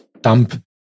dump